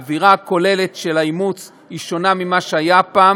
האווירה הכוללת של האימוץ היא שונה ממה שהיה פעם,